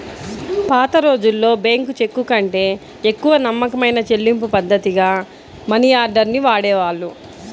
పాతరోజుల్లో బ్యేంకు చెక్కుకంటే ఎక్కువ నమ్మకమైన చెల్లింపుపద్ధతిగా మనియార్డర్ ని వాడేవాళ్ళు